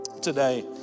today